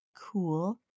Cool